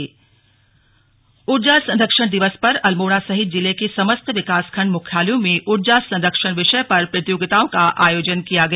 slug Almora ऊर्जा संरक्षण ऊर्जा संरक्षण दिवस पर अल्मोड़ा सहित जिले के समस्त विकासखंड मुख्यालयों में ऊर्जा संरक्षण विषय पर प्रतियोगिताओं का आयोजन किया गया